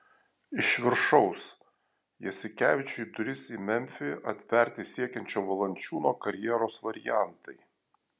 iš viršaus jasikevičiui duris į memfį atverti siekiančio valančiūno karjeros variantai